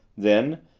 then,